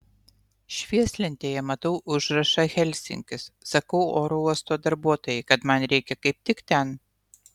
švieslentėje matau užrašą helsinkis sakau oro uosto darbuotojai kad man reikia kaip tik ten